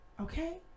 okay